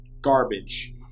Garbage